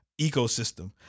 ecosystem